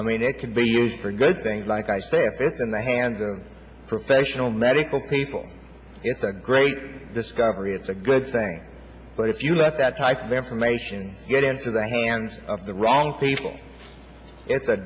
i mean it could be used for good things like i say if it's in the hands of professional medical people it's a great discovery it's a good thing but if you let that type of information get into the hands of the wrong people it's a